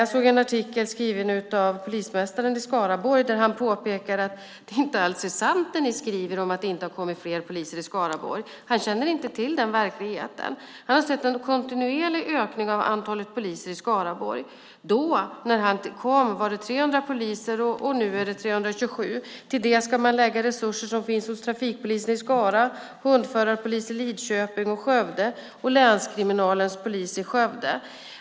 Jag såg en artikel skriven av polismästaren i Skaraborg där han påpekar att det som skrivs om att det inte blivit fler poliser i Skaraborg inte alls är sant. Han känner inte igen den verkligheten. Han har sett en kontinuerlig ökning av antalet poliser i Skaraborg. När han tillträdde var antalet poliser 300, och nu är det 327. Till det ska läggas resurser som finns hos trafikpolisen i Skara, hundförarpolisen i Lidköping och Skövde samt länskriminalens polis i Skövde.